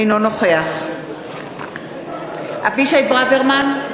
אינו נוכח אבישי ברוורמן,